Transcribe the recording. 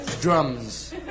Drums